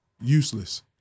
Useless